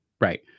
right